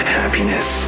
happiness